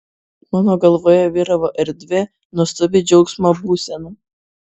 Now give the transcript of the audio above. mano galvoje vyravo erdvė nuostabi džiaugsmo būsena